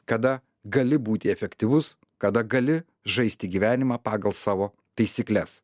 kada gali būti efektyvus kada gali žaisti gyvenimą pagal savo taisykles